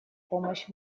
помощь